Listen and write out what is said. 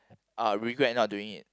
uh regret not doing it